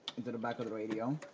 into the back of the radio.